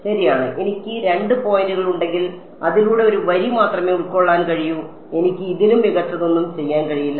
ശരിയാണ് എനിക്ക് രണ്ട് പോയിന്റുകൾ ഉണ്ടെങ്കിൽ അതിലൂടെ ഒരു വരി മാത്രമേ ഉൾക്കൊള്ളാൻ കഴിയൂ എനിക്ക് ഇതിലും മികച്ചതൊന്നും ചെയ്യാൻ കഴിയില്ല